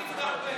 זה דבר חדש.